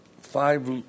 five